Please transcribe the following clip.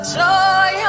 joy